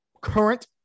current